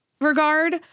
regard